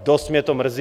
Dost mě to mrzí.